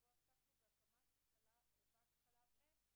שבו עסקנו בהקמת בנק חלב אם,